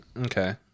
okay